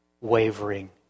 wavering